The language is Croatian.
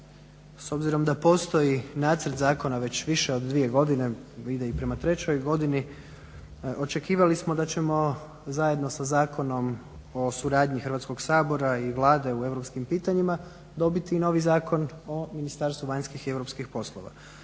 S obzirom da postoji nacrt zakona već više od dvije godine, a ide i prema trećoj godini očekivali smo da ćemo zajedno sa Zakonom o suradnji Hrvatskog sabora i Vlade u europskim pitanjima dobiti novi Zakon o ministarstvu vanjskih i europskih poslova.